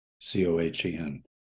C-O-H-E-N